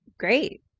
Great